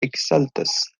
eksaltas